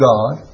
God